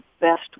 best